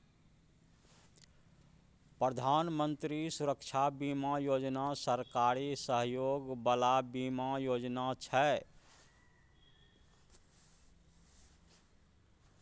प्रधानमंत्री सुरक्षा बीमा योजना सरकारी सहयोग बला बीमा योजना छै